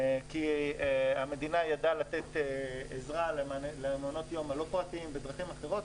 כי המדינה ידעה לתת עזרה למעונות יום הלא פרטיים בדרכים אחרות.